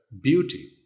beauty